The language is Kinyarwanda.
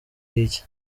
iki